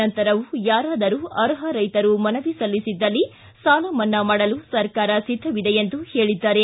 ನಂತರವೂ ಯಾರಾದರೂ ಅರ್ಹ ರೈತರು ಮನವಿ ಸಲ್ಲಿಸಿದಲ್ಲಿ ಸಾಲ ಮನ್ನಾ ಮಾಡಲು ಸರ್ಕಾರ ಸಿದ್ದವಿದೆ ಎಂದು ಹೇಳಿದ್ದಾರೆ